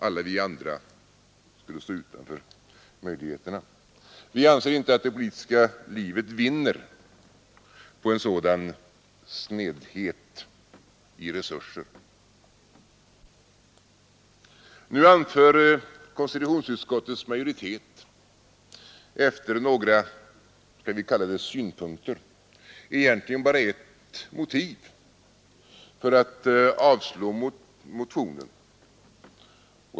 Alla vi andra skulle stå utanför möjligheterna. Vi anser inte att det politiska livet vinner på en sådan snedhet i resurser. Nu anför konstitutionsutskottets majoritet efter några, skall vi kalla det synpunkter egentligen bara ett motiv för att avstyrka motionen.